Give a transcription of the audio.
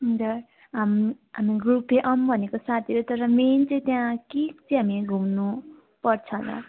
हजुर हाम हामी ग्रुपै आउँ भनेको साथीहरू तर मेन चाहिँ त्यहाँ के चाहिँ हामी घुम्नु पर्छ होला